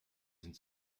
sind